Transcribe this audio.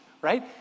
right